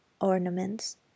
ornaments